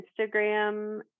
Instagram